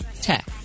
tech